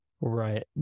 Right